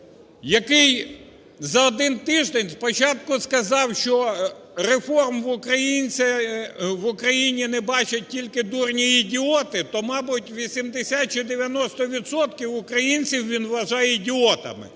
який за один тиждень спочатку сказав, що реформ в Україні не бачать тільки дурні і ідіоти. То, мабуть, 80 чи 90 відсотків українців він вважає ідіотами,